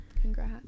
congrats